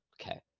Okay